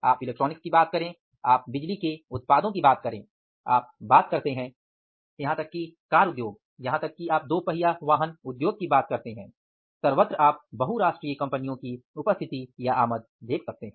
आप इलेक्ट्रॉनिक्स की बात करें आप बिजली के उत्पादों की बात करें आप बात करते हैं यहां तक कि कार उद्योग यहां तक कि आप दो पहिया वाहन उद्योग की बात करते हैं सर्वत्र आप बहुराष्ट्रीय कंपनियों की उपस्थिति या आमद देखते हैं